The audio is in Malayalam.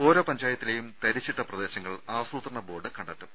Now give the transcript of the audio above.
ഓരോ പഞ്ചായത്തിലെയും തരിശിട്ട പ്രദേശങ്ങൾ ആസൂത്രണ ബോർഡ് കണ്ടെത്തും